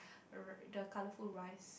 the colorful rice